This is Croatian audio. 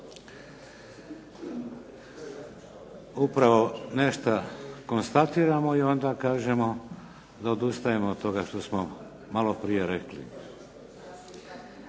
Upravo nešta konstatiramo i onda kažemo da odustajemo od toga što smo maloprije rekli.